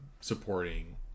supporting